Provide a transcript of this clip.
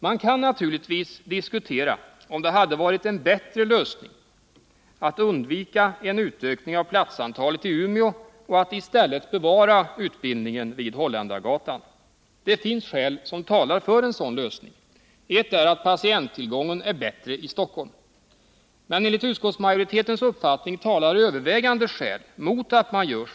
Man kan naturligtvis diskutera om det hade varit en bättre lösning att undvika en utökning av platsantalet i Umeå och att i stället bevara utbildningen vid Holländargatan. Det finns skäl som talar för detta. Ett är att patienttillgången är bättre i Stockholm. Men enligt utskottsmajoritetens uppfattning talar övervägande skäl mot en sådan lösning.